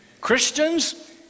Christians